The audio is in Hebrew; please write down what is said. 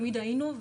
תמיד היינו,